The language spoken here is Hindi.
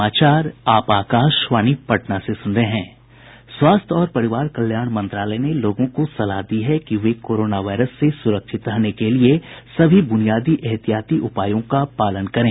स्वास्थ्य और परिवार कल्याण मंत्रालय ने लोगों को सलाह दी है कि वे कोरोना वायरस से सुरक्षित रहने के लिए सभी बुनियादी एहतियाती उपायों का पालन करें